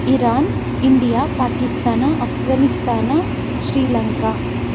Iran India Pakistan Afghanistan Sri Lanka